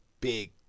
Big